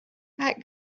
that